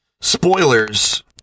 spoilers